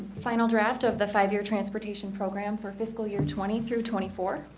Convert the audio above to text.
final draft of the five-year transportation program for fiscal year twenty three twenty four